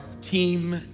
team